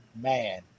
man